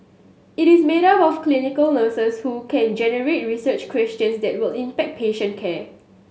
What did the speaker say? it is made up of clinical nurses who can generate research questions that will impact patient care